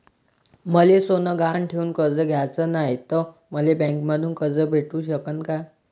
मले सोनं गहान ठेवून कर्ज घ्याचं नाय, त मले बँकेमधून कर्ज भेटू शकन का?